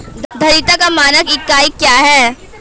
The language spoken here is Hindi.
धारिता का मानक इकाई क्या है?